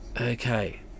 Okay